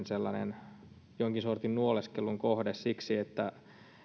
sellainen jonkin sortin nuoleskelun kohde siksi että